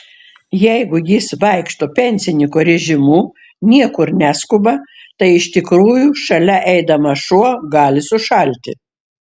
jeigu jis vaikšto pensininko režimu niekur neskuba tai iš tikrųjų šalia eidamas šuo gali sušalti